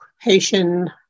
Haitian